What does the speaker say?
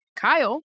Kyle